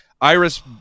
Iris